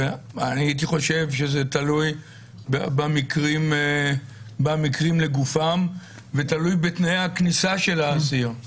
אני הייתי חושב שזה תלוי במקרים לגופם ותלוי בתנאי הכניסה של האסיר.